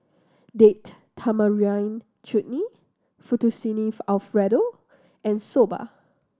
Date Tamarind Chutney Fettuccine Alfredo and Soba